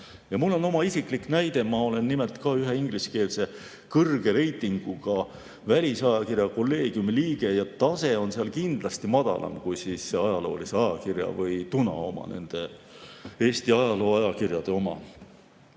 Mul on oma isiklik näide, ma olen nimelt ka ühe ingliskeelse kõrge reitinguga välisajakirja kolleegiumi liige ja tase on seal kindlasti madalam kui Ajaloolise Ajakirja või Tuna oma, nende Eesti ajalooajakirjade oma.